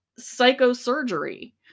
psychosurgery